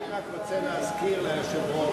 אני רק רוצה להזכיר ליושב-ראש,